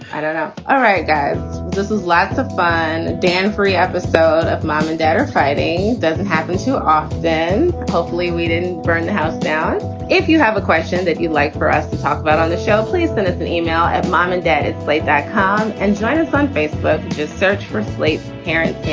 i don't know all right, guys, this is lots of fun. dan free episode of mom and dad or friday doesn't happen to them. hopefully we didn't burn the house down if you have a question that you like for us to talk about on the show, please, then it's an email at mom and dad at slate that come um and join us on facebook. just search for slate's parent pain.